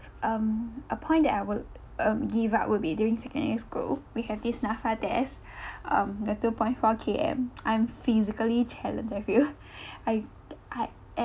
um a point that I will um give out will be during secondary school we have this NAPFA test um the two point four K_M I'm physically challenge I feel I I every